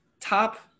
Top